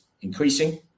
increasing